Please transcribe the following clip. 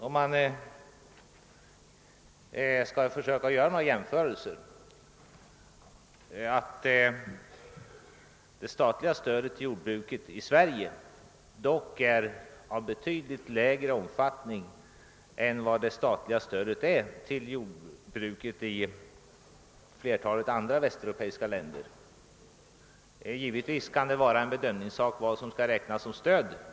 Om man skall försöka göra några jämförelser vågar man väl påstå att det statliga stödet till jordbruket i Sverige dock är av betydligt lägre omfattning än motsvarande stöd i flertalet andra västeuropeiska länder. Givetvis kan det vara en bedömningssak att avgöra vad som skall räknas som stöd.